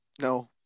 No